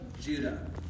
Judah